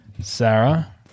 sarah